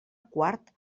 quart